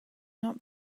not